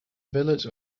village